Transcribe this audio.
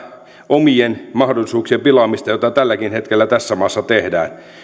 omien mahdollisuuksien pilaamista jota tälläkin hetkellä tässä maassa tehdään